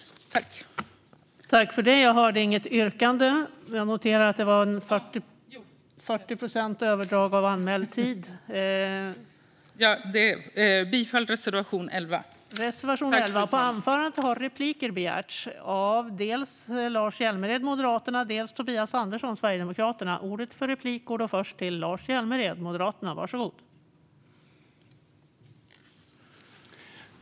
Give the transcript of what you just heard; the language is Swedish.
Jag yrkar bifall till reservation 11.